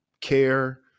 care